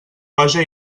roja